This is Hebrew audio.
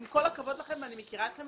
עם כל הכבוד לכם ואני מכירה אתכם